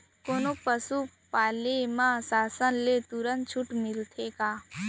कोनो पसु पाले म शासन ले तुरंत छूट मिलथे का?